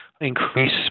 increase